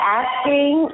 asking